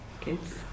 kids